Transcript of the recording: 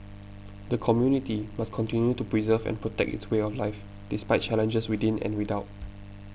the community must continue to preserve and protect its way of life despite challenges within and without